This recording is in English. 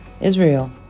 Israel